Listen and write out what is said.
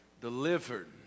delivered